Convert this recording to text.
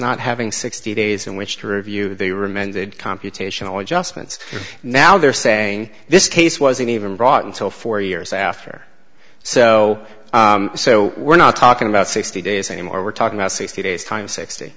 not having sixty days in which to review they remanded computational adjustments now they're saying this case wasn't even brought until four years after so so we're not talking about sixty days anymore we're talking about sixty days time s